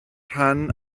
rhan